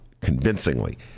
convincingly